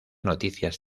noticias